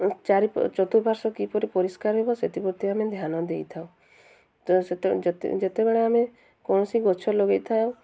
ଚାରି ଚତୁର୍ପାଶ୍ୱ କିପରି ପରିଷ୍କାର ହେବ ସେଥିପ୍ରତି ଆମେ ଧ୍ୟାନ ଦେଇଥାଉ ତ ସେତେବେଳେ ଯେତେବେଳେ ଆମେ କୌଣସି ଗଛ ଲଗାଇଥାଉ